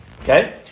Okay